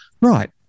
right